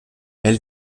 elle